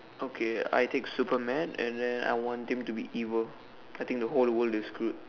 okay I take Superman and then I want him to be evil I think the whole world is screwed